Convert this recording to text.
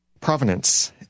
provenance